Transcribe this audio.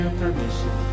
permission